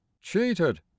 cheated